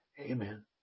Amen